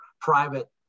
private